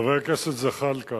חבר הכנסת זחאלקה,